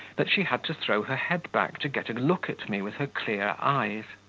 that she had to throw her head back to get a look at me with her clear eyes.